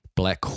Black